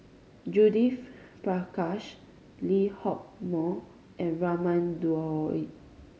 Judith Prakash Lee Hock Moh and Raman Daud